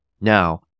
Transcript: Now